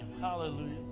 Hallelujah